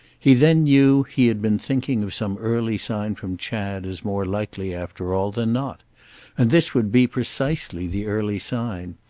he then knew he had been thinking of some early sign from chad as more likely, after all, than not and this would be precisely the early sign.